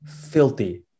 filthy